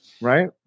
Right